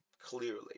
clearly